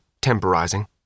temporizing